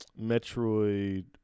Metroid